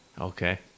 Okay